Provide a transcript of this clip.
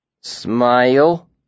Smile